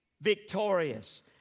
victorious